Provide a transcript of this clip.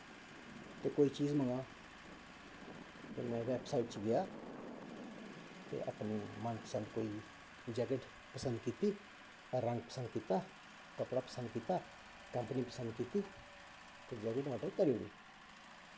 ते कोई चीज़ मंगां ते में बैबसाईट च गेआ ते अपनी मनपसंद कोई जैकट पसंद कीती रंग पसंद कीता कपड़ा पसंद कीता कंपनी पसंद कीती ते जैकट आर्डर करी ओड़ी